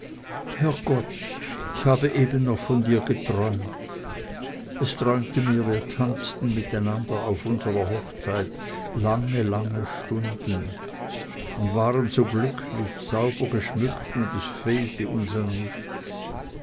herrgott ich habe eben noch von dir geträumt es träumte mir wir tanzten miteinander auf unserer hochzeit lange lange stunden und waren so glücklich sauber geschmückt und es fehlte uns an nichts